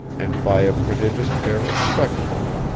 and by a prodigious pair of spectacles,